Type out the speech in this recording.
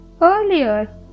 Earlier